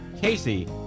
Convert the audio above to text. Casey